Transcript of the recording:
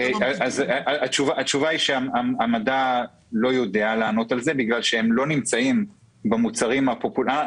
המדע לא יודע לענות על זה בגלל שהם לא נמצאים במוצרים הפופולריים.